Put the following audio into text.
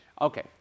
Okay